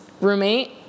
roommate